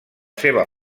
seva